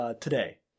today